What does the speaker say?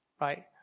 Right